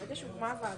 ברגע שהוקמה הוועדה